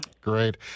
Great